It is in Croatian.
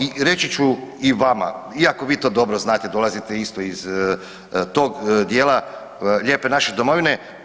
I reći ću i vama, iako vi to dobro znate, dolazite isto iz tog dijela lijepe naše domovine.